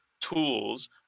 tools